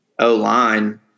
O-line